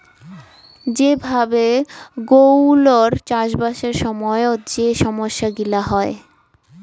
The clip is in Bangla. যে ভাবে গৌলৌর চাষবাসের সময়ত যে সমস্যা গিলা হই